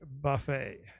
buffet